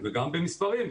וגם במספרים.